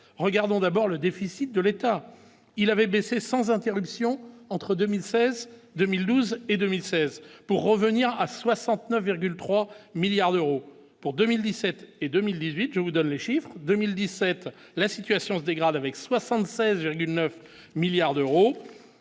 regardons d'abord le déficit de l'État, il avait baissé sans interruption entre 2016, 2012 et 2016 pour revenir à 69,3 milliards d'euros pour 2017 et 2018, je vous donne les chiffres 2017, la situation se dégrade avec 76,9 milliards d'euros